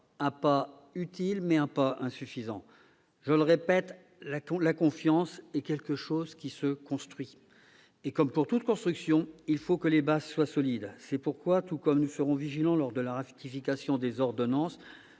pas, utile, mais insuffisant. Je le répète : la confiance est quelque chose qui se construit. Et, comme pour toute construction, il faut que les bases soient solides. C'est pourquoi, tout comme nous serons vigilants lors de la ratification des ordonnances,